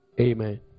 Amen